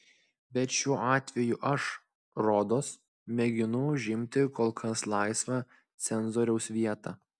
bet šiuo atveju aš rodos mėginu užimti kol kas laisvą cenzoriaus vietą